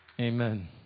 Amen